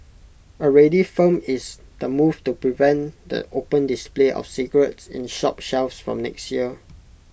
already firm is the move to prevent the open display of cigarettes in shop shelves from next year